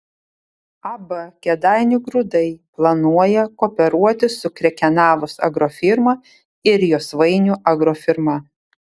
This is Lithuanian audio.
ab kėdainių grūdai planuoja kooperuotis su krekenavos agrofirma ir josvainių agrofirma